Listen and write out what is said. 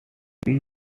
crew